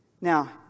Now